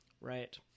right